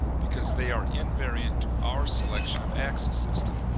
because they are invariant to our selection of axis system.